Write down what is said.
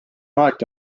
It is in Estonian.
alati